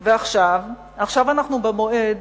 ועכשיו, עכשיו אנחנו במועד